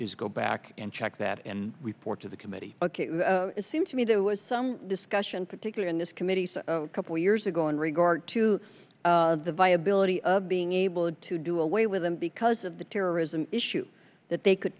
go back and check that and report to the committee ok it seems to me there was some discussion particular in this committee some couple years ago in regard to the viability of being able to do away with them because of the terrorism issue that they could